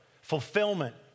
fulfillment